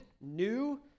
new